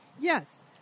Yes